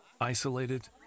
isolated